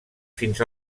fins